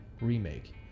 remake